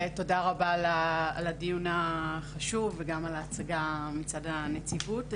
תודה רבה על הדיון החשוב וגם על ההצגה מצד הנציבות.